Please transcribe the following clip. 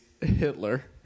Hitler